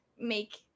make